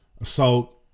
assault